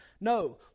No